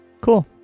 cool